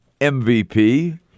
MVP